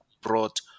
brought